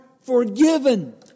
forgiven